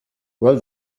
well